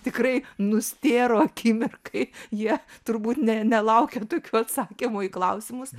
tikrai nustėro akimirkai jie turbūt ne nelaukė tokių atsakymų į klausimus